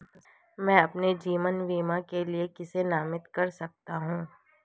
मैं अपने जीवन बीमा के लिए किसे नामित कर सकता हूं?